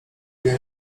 wiem